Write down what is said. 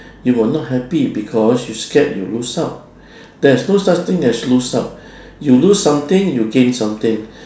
you will not happy because you scared you lose out there's no such thing as lose out you lose something you gain something